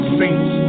saints